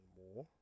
more